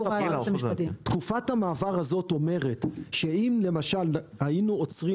תקופת המעבר הזאת אומרת שאם למשל היינו עוצרים